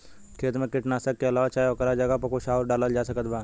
खेत मे कीटनाशक के अलावे चाहे ओकरा जगह पर कुछ आउर डालल जा सकत बा?